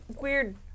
weird